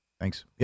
Thanks